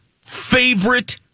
favorite